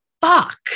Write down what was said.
fuck